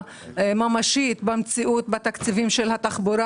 ממשית במציאות בתקציבים של התחבורה.